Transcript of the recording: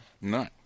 No